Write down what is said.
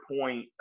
point